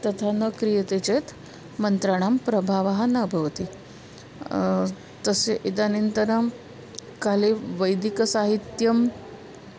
तथा न क्रियते चेत् मन्त्राणां प्रभावः न भवति तस्य इदानीन्तनं काले वैदिकसाहित्यं